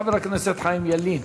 חבר הכנסת חיים ילין.